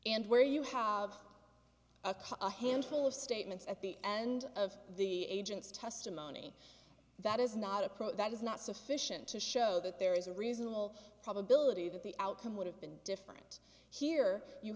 and where you have a handful of statements at the end of the agent's testimony that is not approach that is not sufficient to show that there is a reasonable probability that the outcome would have been different here you